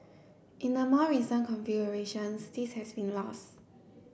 in the more recent configurations this has been lost